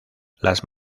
las